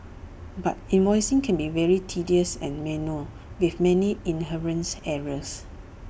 but invoicing can be very tedious and manual with many inherents errors